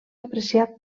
apreciat